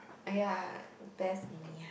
!aiya! best